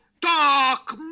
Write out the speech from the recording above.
Dark